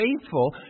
faithful